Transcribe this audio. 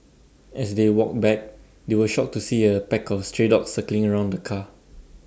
as they walked back they were shocked to see A pack of stray dogs circling around the car